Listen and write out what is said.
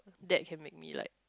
that can make me like